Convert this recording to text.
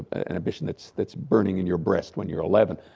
ambition that's that's burning in your breast when you're eleven.